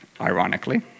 Ironically